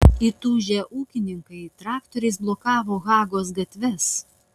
įtūžę ūkininkai traktoriais blokavo hagos gatves